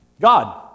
God